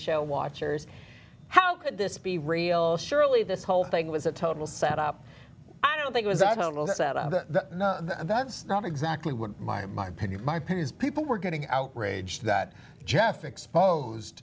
show watchers how could this be real surely this whole thing was a total set up i don't think was i don't know that's out of the not that's not exactly what my opinion my peers people were getting outraged that jeff exposed